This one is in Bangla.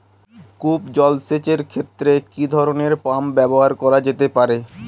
কূপ জলসেচ এর ক্ষেত্রে কি ধরনের পাম্প ব্যবহার করা যেতে পারে?